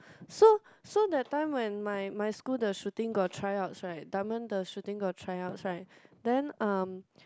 so so that time when my my school the shooting got tryouts right Dunman the shooting got tryouts right then um